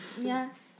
Yes